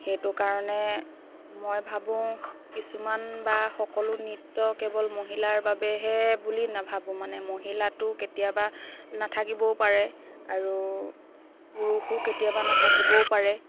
সেইটো কাৰণে মই ভাবোঁ কিছুমান বা সকলো নৃত্য কেৱল মহিলাৰ বাবেহে বুলি নাভাবোঁ মানে মহিলাটোো কেতিয়াবা নাথাকিবও পাৰে আৰু পুৰুষো কেতিয়াবা নাথাকিবও পাৰে